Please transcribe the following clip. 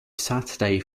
saturday